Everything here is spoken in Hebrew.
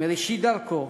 מראשית דרכו,